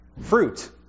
fruit